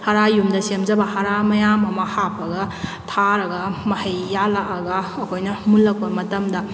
ꯍꯥꯔ ꯌꯨꯝꯗ ꯁꯦꯝꯖꯕ ꯍꯥꯔ ꯃꯌꯥꯝ ꯑꯃ ꯍꯥꯞꯄꯒ ꯊꯥꯔꯒ ꯃꯍꯩ ꯌꯥꯜꯂꯛꯑꯒ ꯑꯩꯈꯣꯏꯅ ꯃꯨꯜꯂꯛꯄ ꯃꯇꯝꯗ